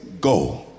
go